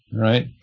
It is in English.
right